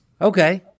Okay